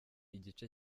igice